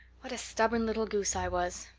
what a stubborn little goose i was.